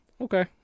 Okay